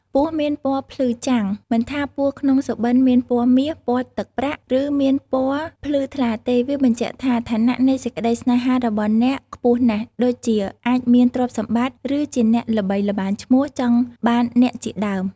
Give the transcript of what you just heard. ពស់មានពណ៌ភ្លឺចាំង មិនថាពស់ក្នុងសុបិនមានពណ៌មាស ពណ៌ទឹកប្រាក់ ឬ មានពណ៌ភ្លឺថ្លាទេ វាបញ្ជាក់ថា ឋានៈនៃសេចក្តីសេ្នហារបស់អ្នកខ្ពស់ណាស់ ដូចជា អាចមាន ទ្រព្យសម្បត្តិ ឬ ជាអ្នកល្បីល្បាញឈ្មោះចង់បានអ្នកជាដើម។